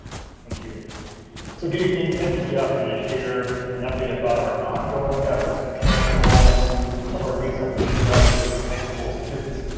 thank you so good evening. and thank you for the ah offer to share an update about our ongoing efforts to track enrollments of our recently graduated high school students.